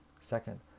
Second